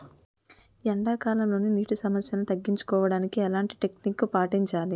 ఎండా కాలంలో, నీటి సమస్యలను తగ్గించడానికి ఎలాంటి టెక్నిక్ పాటించాలి?